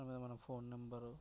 అదే మన ఫోన్ నెంబరో లేకపోతే